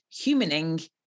humaning